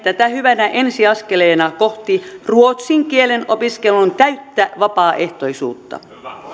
tätä hyvänä ensiaskeleena kohti ruotsin kielen opiskelun täyttä vapaaehtoisuutta